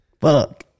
fuck